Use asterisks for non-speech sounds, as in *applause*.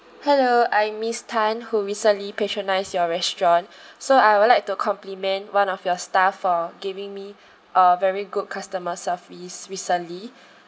hello I'm miss tan who recently patronised your restaurant *breath* so I would like to compliment one of your staff for giving me a very good customer service recently *breath*